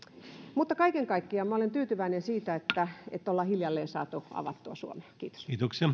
mutta kaiken kaikkiaan minä olen tyytyväinen siihen että ollaan hiljalleen saatu avattua suomea kiitos